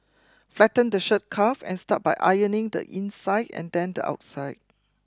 flatten the shirt cuff and start by ironing the inside and then the outside